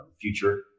future